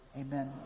Amen